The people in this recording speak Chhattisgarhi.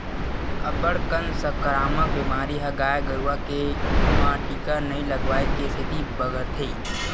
अब्बड़ कन संकरामक बेमारी ह गाय गरुवा के म टीका नइ लगवाए के सेती बगरथे